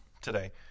today